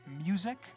music